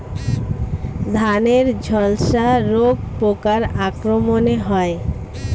ধানের ঝলসা রোগ পোকার আক্রমণে হয়?